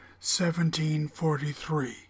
1743